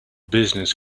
business